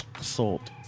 salt